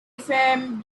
from